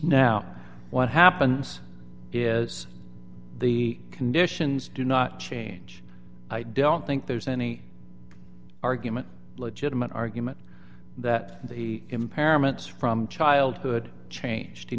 now what happens is the conditions do not change i don't think there's any argument legitimate argument that the impairments from childhood changed he